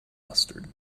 mustard